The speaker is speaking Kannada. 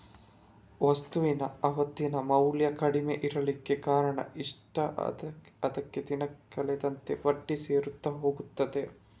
ವಸ್ತುವಿನ ಇವತ್ತಿನ ಮೌಲ್ಯ ಕಡಿಮೆ ಇರ್ಲಿಕ್ಕೆ ಕಾರಣ ಇಷ್ಟೇ ಅದ್ಕೆ ದಿನ ಕಳೆದಂತೆ ಬಡ್ಡಿ ಸೇರ್ತಾ ಹೋಗ್ತದೆ